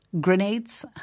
grenades